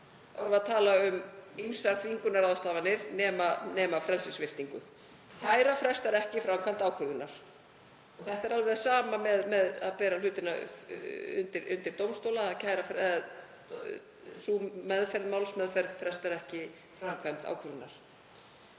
erum við að tala um ýmsar þvingunarráðstafanir nema frelsissviptingu. — „Kæra frestar ekki framkvæmd ákvörðunar.“ Þetta er alveg það sama með að bera hlutina undir dómstóla, sú meðferð málsmeðferð frestar ekki framkvæmd ákvörðunar.